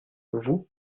vous